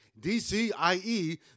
DCIE